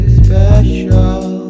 special